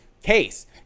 case